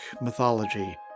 Mythology